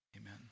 Amen